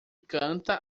canta